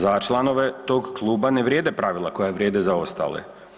Za članove tog kluba ne vrijede pravila koja vrijede za ostale.